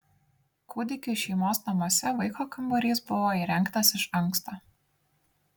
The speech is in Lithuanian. kūdikiui šeimos namuose vaiko kambarys buvo įrengtas iš anksto